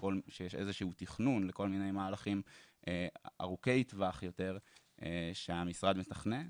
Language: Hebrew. איזה שהוא תכנון לכל מיני מהלכים ארוכי טווח יותר שהמשרד מתכנן,